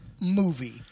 Movie